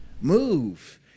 Move